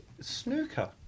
snooker